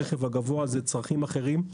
הרכב הגבוה זה צרכים אחרים.